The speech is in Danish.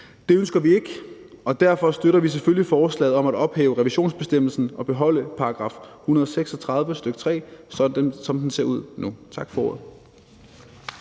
Det ønsker vi ikke, og derfor støtter vi selvfølgelig forslaget om at ophæve revisionsbestemmelsen og beholde § 136, stk. 3, som den ser ud nu. Tak for ordet.